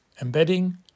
embedding